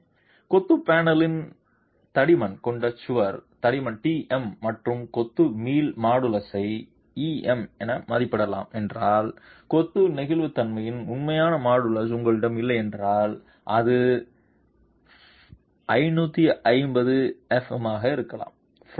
எனவே கொத்து பேனலின் தடிமன் கொண்ட சுவர் தடிமன் tm மற்றும் கொத்து மீள் மாடுலஸை E m என மதிப்பிடலாம் என்றால் கொத்து நெகிழ்ச்சித்தன்மையின் உண்மையான மாடுலஸ் உங்களிடம் இல்லையென்றால் அது 550 f'm ஆக இருக்கலாம்